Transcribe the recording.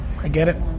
i get it.